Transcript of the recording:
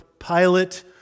Pilate